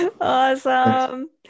Awesome